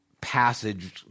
passage